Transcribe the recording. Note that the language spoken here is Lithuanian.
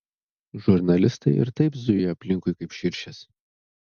žurnalistai ir taip zuja aplinkui kaip širšės